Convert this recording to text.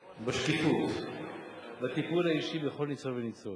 בשקיפות, בטיפול האישי בכל ניצול וניצול.